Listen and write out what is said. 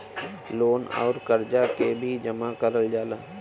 loan अउर करजा के भी जमा करल जाला